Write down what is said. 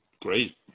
great